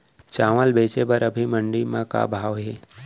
चांवल बेचे बर अभी मंडी म का भाव हे?